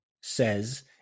says